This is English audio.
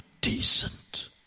decent